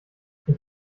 ich